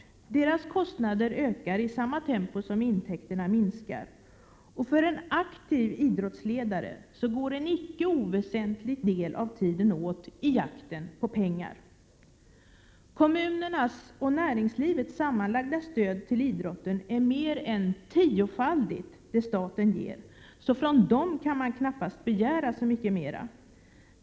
Idrottsrörelsens kostnader ökar i samma tempo som intäkterna minskar. För en aktiv idrottsledare går en icke oväsentlig del av tiden åt i jakten på pengar. Kommunernas och näringslivets sammanlagda stöd till idrotten är mer än tiofaldigt det stöd som staten ger — från dem kan man alltså knappast begära så mycket mer.